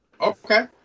Okay